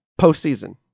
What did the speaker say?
postseason